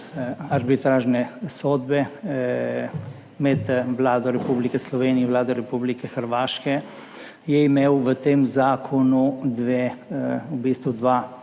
Arbitražne sodbe med Vlado Republike Slovenije in Vlado Republike Hrvaške, je imel v tem zakonu v